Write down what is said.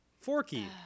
Forky